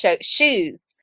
shoes